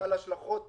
-- בעל השלכות